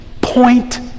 point